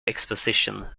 exposition